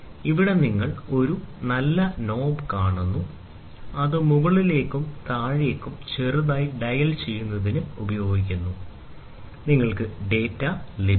ഇവിടെ നിങ്ങൾ ഒരു നല്ല നോബ് കാണുന്നു അത് മുകളിലേക്കും താഴേക്കും ചെറുതായി ഡയൽ ചെയ്യുന്നതിന് ഉപയോഗിക്കുന്നു നിങ്ങൾക്ക് ഡാറ്റ ലഭിക്കും